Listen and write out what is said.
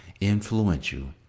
influential